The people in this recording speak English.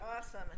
Awesome